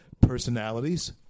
Personalities